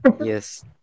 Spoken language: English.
Yes